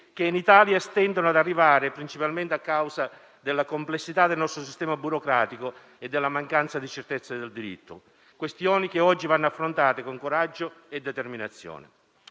che in Italia stentano ad arrivare, principalmente a causa della complessità del nostro sistema burocratico e per la mancanza di certezza del diritto: questioni che oggi vanno affrontate con coraggio e determinazione.